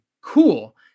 Cool